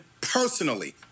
personally